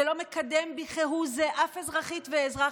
זה לא מקדם כהוא זה אף אזרחית ואזרח.